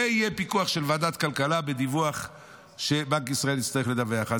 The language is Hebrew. ויהיה פיקוח של ועדת הכלכלה בדיווח שבנק ישראל יצטרך לדווח.